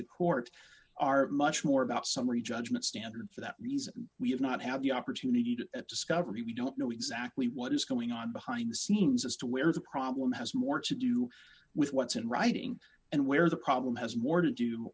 the court are much more about summary judgment standard for that reason we have not had the opportunity to discovery we don't know exactly what is going on behind the scenes as to where the problem has more to do with what's in writing and where the problem has more to do